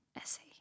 essay